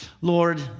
Lord